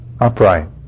upright